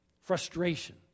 Frustration